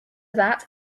that